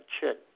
chick